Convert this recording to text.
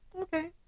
Okay